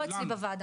לא אצלי בוועדה.